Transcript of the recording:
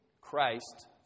Christ